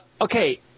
okay